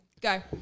go